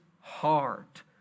heart